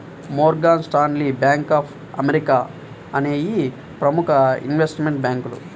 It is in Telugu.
Morgan Stanley, bank of America అనేయ్యి ప్రముఖ ఇన్వెస్ట్మెంట్ బ్యేంకులు